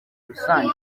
rusange